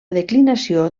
declinació